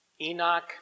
Enoch